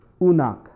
unak